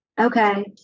Okay